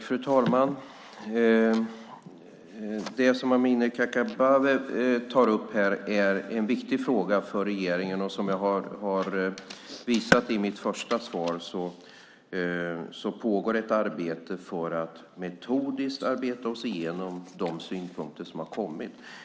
Fru talman! Det som Amineh Kakabaveh tar upp här är en viktig fråga för regeringen. Som jag har skrivit i mitt svar pågår ett arbete för att vi metodiskt ska arbeta oss igenom de synpunkter som har kommit.